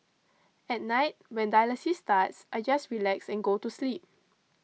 at night when dialysis starts I just relax and go to sleep